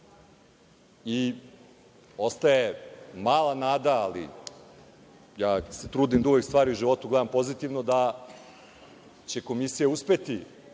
i ostaje mala nada, ali ja se trudim da uvek stvari u životu gledam pozitivno, da će Komisija uspeti